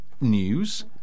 News